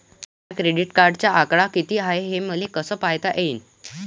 माया क्रेडिटचा आकडा कितीक हाय हे मले कस पायता येईन?